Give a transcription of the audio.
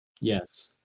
Yes